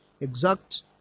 exact